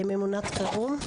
ממונת חירום.